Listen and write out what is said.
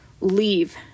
Leave